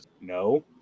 no